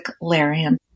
Larian